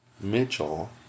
Mitchell